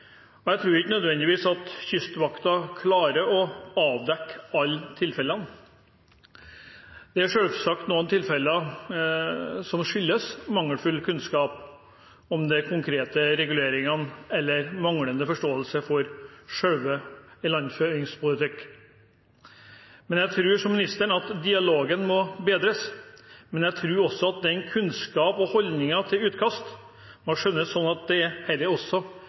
ressurssløsing. Jeg tror ikke nødvendigvis at Kystvakten klarer å avdekke alle tilfellene. Det er selvsagt noen tilfeller som skyldes mangelfull kunnskap om de konkrete reguleringene eller manglende forståelse av selve ilandføringsplikten. Jeg tror, som ministeren, at dialogen må bedres, men jeg tror også at kunnskapen og holdningen til utkast må forstås sånn at dette også